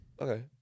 Okay